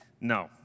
No